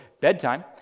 bedtime